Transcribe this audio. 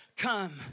come